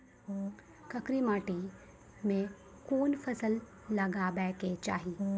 करकी माटी मे कोन फ़सल लगाबै के चाही?